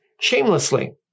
shamelessly